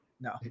no